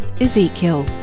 Ezekiel